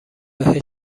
بهش